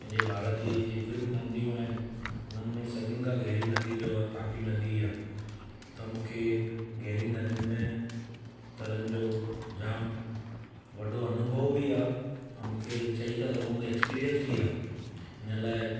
पंहिंजे भारत जी जेतिरी बि नदियूं आहिनि उन्हनि में सभिनि खां गहरी नदी जो आहे तापी नदी आहे त मूंखे गहरी नदियुनि में तरण जो जाम वॾो अनुभव बि आहे ऐं मूंखे चई था सघूं के ऐक्स्पीरियंस बि आहे हिन लाइ